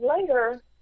later